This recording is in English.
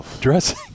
dressing